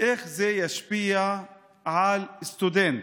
איך זה ישפיע על סטודנט